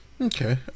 Okay